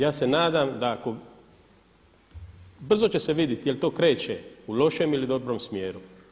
Ja se nadam da ako, brzo će se vidit jel' to kreće u lošem ili dobrom smjeru.